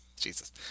Jesus